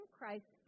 Christ